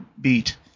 Beat